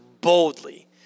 boldly